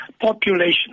population